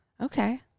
Okay